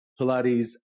Pilates